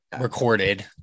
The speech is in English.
recorded